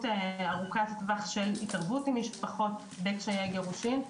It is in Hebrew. ארוכת טווח של התערבות עם משפחות במקרי גירושין,